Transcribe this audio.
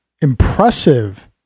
impressive